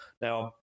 now